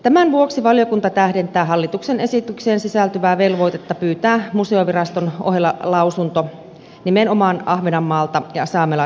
tämän vuoksi valiokunta tähdentää hallituksen esitykseen sisältyvää velvoitetta pyytää museoviraston ohella lausunto nimenomaan ahvenanmaalta ja saamelaiskäräjiltä